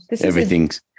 everything's